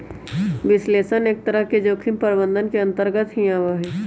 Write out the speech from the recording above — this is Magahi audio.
विश्लेषण एक तरह से जोखिम प्रबंधन के अन्तर्गत भी आवा हई